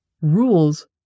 Rules